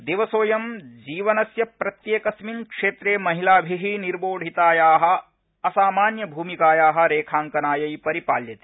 दिवसोऽयं जीवनस्य प्रत्येकस्मिन् क्षेत्रे महिलाभि निर्वोढिताया असामान्य भूमिकाया रेखांकनायै परिपाल्यते